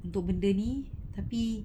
untuk benda ni tapi